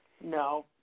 No